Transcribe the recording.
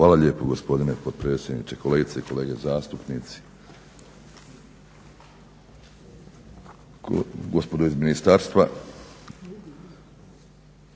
Hvala lijepo gospodine potpredsjedniče, kolegice i kolege zastupnici. Gospodo iz ministarstva